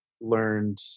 learned